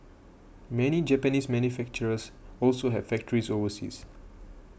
many Japanese manufacturers also have factories overseas